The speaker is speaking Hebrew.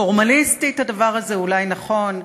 פורמליסטית הדבר הזה אולי נכון,